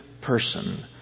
person